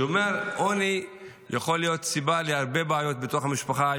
שאומר שעוני יכול להיות סיבה להרבה בעיות בתוך המשפחה,